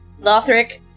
Lothric